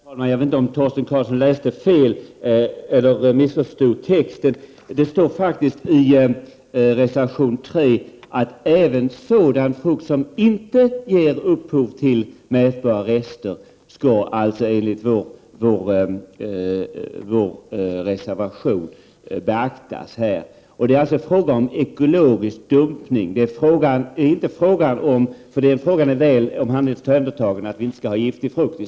Herr talman! Jag vet inte om Torsten Karlsson läste fel eller missförstod texten. Det står faktiskt i reservation 3 att även sådan frukt som inte ger upphov till mätbara rester skall beaktas. Det är alltså fråga om ekologisk dumpning. Att vi inte skall ha giftig frukt i Sverige är en fråga som är väl utredd.